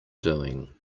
doing